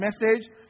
message